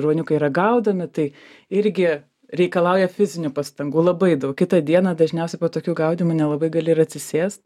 ruoniukai yra gaudomi tai irgi reikalauja fizinių pastangų labai daug kitą dieną dažniausiai po tokių gaudymų nelabai gali ir atsisės